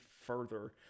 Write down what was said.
further